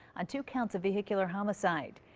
on two counts of vehicular homicide.